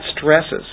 stresses